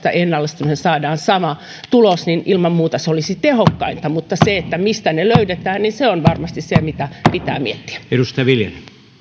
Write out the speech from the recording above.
ja ennallistamisessa saadaan sama tulos niin ilman muuta se olisi tehokkainta mutta mistä ne sitten löydetään se on varmasti se mitä pitää miettiä